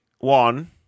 one